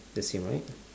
the same right